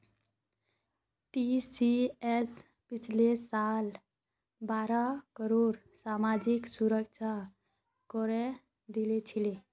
TCS पिछला साल बारह करोड़ सामाजिक सुरक्षा करे दिल छिले